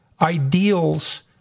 ideals